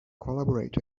collaborate